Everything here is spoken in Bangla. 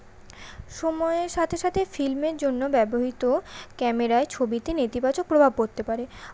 সময়ের সাথে সাথে ফিল্মের জন্য ব্যবহৃত ক্যামেরায় ছবিতে নেতিবাচক প্রভাব পড়তে পারে